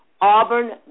Auburn